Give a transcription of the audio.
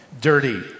dirty